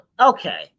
Okay